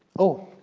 oh.